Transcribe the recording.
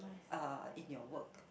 ah in your work